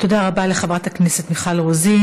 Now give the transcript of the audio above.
תודה רבה לחברת הכנסת מיכל רוזין.